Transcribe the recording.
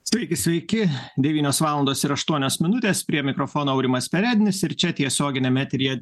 sveiki sveiki devynios valandos ir aštuonios minutės prie mikrofono aurimas perednis ir čia tiesioginiame eteryje